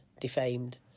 defamed